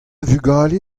vugale